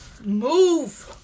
Move